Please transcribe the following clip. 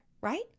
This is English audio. right